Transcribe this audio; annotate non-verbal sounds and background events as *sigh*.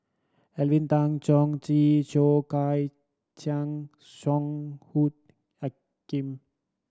Alvin Tan Cheong *unintelligible* Soh Kay Siang Song Hoot *unintelligible*